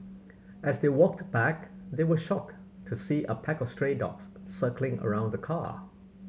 as they walked back they were shocked to see a pack of stray dogs circling around the car